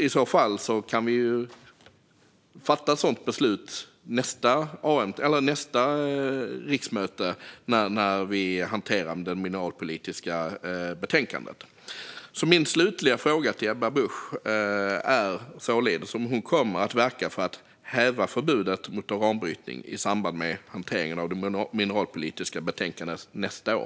I så fall kan vi fatta ett sådant beslut nästa riksmöte när vi hanterar det mineralpolitiska betänkandet. Min slutliga fråga till Ebba Busch är således om hon kommer att verka för att häva förbudet mot uranbrytning i samband med hanteringen av det mineralpolitiska betänkandet nästa år.